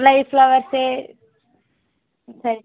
live ఫ్లవర్సే సరే